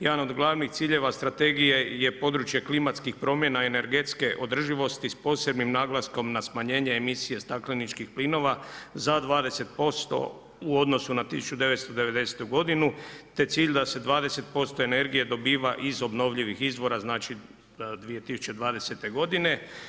Jedan od glavnih ciljeva strategije je područje klimatskih promjena i energetske održivosti s posebnim naglaskom na smanjenje emisije stakleničkih plinova za 20% u odnosu na 1990. godinu, te cilj da se 20% energije dobiva iz obnovljivih izvora, znači 2020. godine.